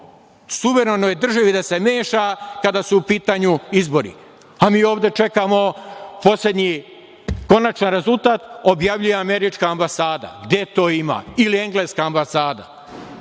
suverenoj državi da se meša kada su u pitanju izbori, a mi ovde čekamo, poslednji, konačan rezultat objavljuje američka ambasada, gde to ima, ili engleska ambasada.